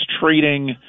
trading